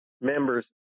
members